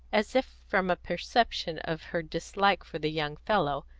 as if from a perception of her dislike for the young fellow,